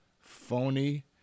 phony